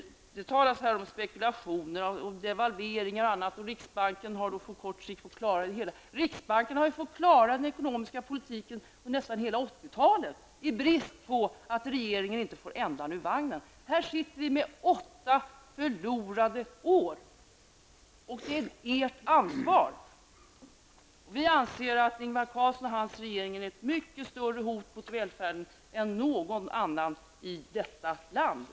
Det talas här om spekulationer om devalvering och om riksbankens roll. Riksbanken har ju fått klara den ekonomiska politiken under nästan hela 80 talet på grund av att regeringen inte kan få ändan ur vagnen. Här sitter vi med åtta förlorade år, och ansvaret för det är ert. Vi anser att Ingvar Carlsson och hans regering är ett mycket större hot mot välfärden än någon annan i detta land.